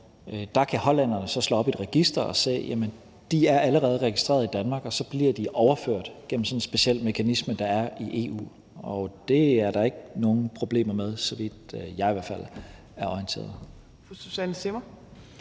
der kan hollænderne så slå op i et register og se, at de allerede er registreret i Danmark, og så bliver de overført gennem sådan en speciel mekanisme, der er i EU. Og det er der ikke nogen problemer med, så vidt jeg i hvert fald er orienteret. Kl. 15:02 Tredje